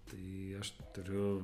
tai aš turiu